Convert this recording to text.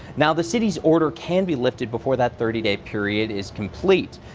now the city's order can be lifted before that thirty day period is complete.